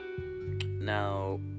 Now